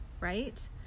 right